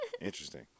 Interesting